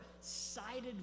sided